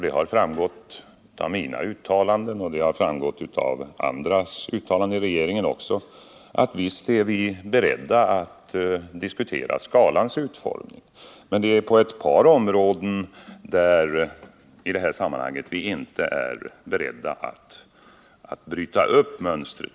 Det har framgått av mina uttalanden — och det har också framgått av uttalanden av andra i regeringen — att vi är beredda att diskutera skatteskalans utformning men att vi på ett par områden i det här sammanhanget inte är beredda att bryta upp mönstret.